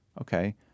Okay